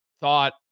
thought